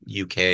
UK